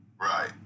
Right